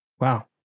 Wow